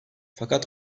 fakat